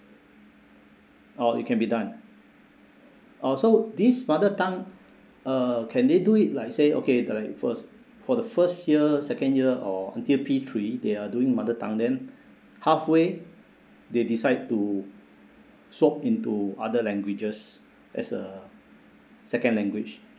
oh it can be done oh so this mother tongue uh can they do it like say okay like first for the first year second year or until P three they are doing mother tongue then halfway they decide to swap into other languages as a second language